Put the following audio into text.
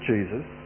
Jesus